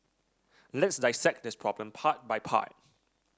let's dissect this problem part by part